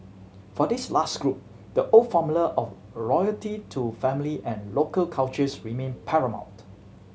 for this last group the old formula of loyalty to family and local cultures remained paramount